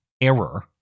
error